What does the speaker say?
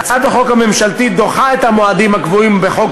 הצעת החוק הממשלתית דוחה את המועדים הקבועים בחוק